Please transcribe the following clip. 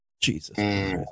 Jesus